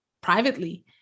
privately